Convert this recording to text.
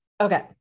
Okay